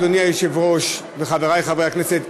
אדוני היושב-ראש וחברי חברי הכנסת,